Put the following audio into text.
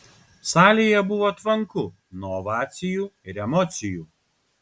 salėje buvo tvanku nuo ovacijų ir emocijų